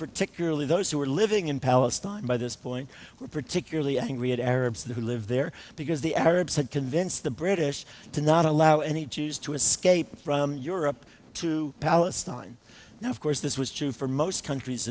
particularly those who were living in palestine by this point were particularly angry at arabs who live there because the arabs had convinced the british to not allow any jews to escape from europe to palestine now of course this was true for most countries